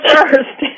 First